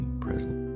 present